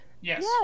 yes